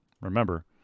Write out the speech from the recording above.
remember